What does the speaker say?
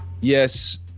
yes